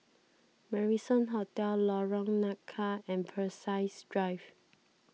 Marrison Hotel Lorong Nangka and Peirce Drive